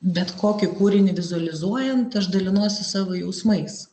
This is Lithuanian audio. bet kokį kūrinį vizualizuojant aš dalinuosi savo jausmais